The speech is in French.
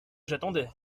j’attendais